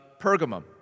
Pergamum